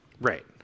Right